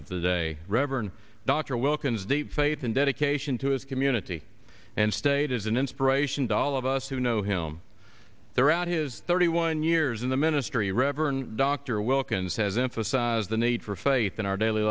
of the day reverend dr wilkins the faith and dedication to his community and state is an inspiration dahl of us who know him there on his thirty one years in the ministry reverend dr wilkins has emphasized the need for faith in our daily